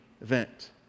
event